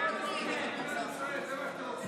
(חברי כנסת רבים יוצאים מאולם המליאה.)